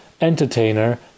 entertainer